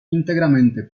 íntegramente